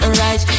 right